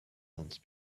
once